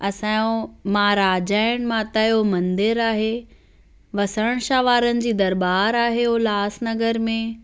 असांजो महाराज ऐं माता जो मंदरु आहे वसण शाह वारनि जी दरबारु आहे उल्हासनगर में